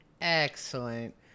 Excellent